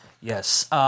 yes